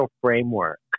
framework